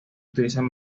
utilizan